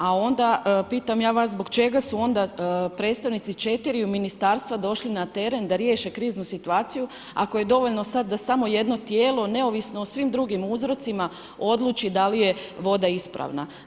A onda pitam ja vas, zbog čega su onda predstavnici četiriju ministarstava došli na teren da riješe kriznu situaciju, ako je dovoljno sad da samo jedno tijelo neovisno o svim drugim uzrocima odluči da li je voda ispravna.